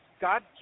God